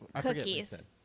Cookies